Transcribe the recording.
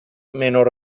menor